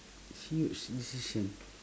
huge decision